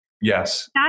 Yes